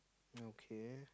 okay